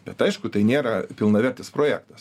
bet aišku tai nėra pilnavertis projektas